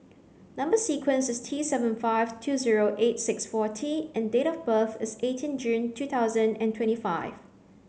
number sequence is T seven five two zero eight six four T and date of birth is eighteen June two thousand and twenty five